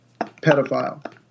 Pedophile